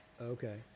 Okay